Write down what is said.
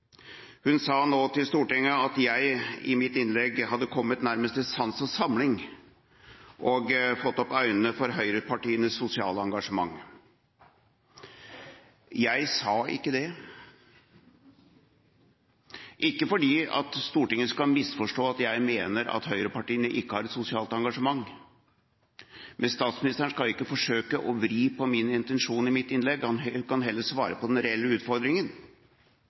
Hun sa nå til Stortinget at jeg i mitt innlegg nærmest hadde kommet til sans og samling, og fått opp øynene for høyrepartienes sosiale engasjement. Jeg sa ikke det. Ikke fordi Stortinget skal misforstå det slik at jeg mener at høyrepartiene ikke har et sosialt engasjement. Men statsministeren skal ikke forsøke å vri på min intensjon i mitt innlegg, hun kan heller svare på den reelle utfordringen.